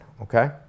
okay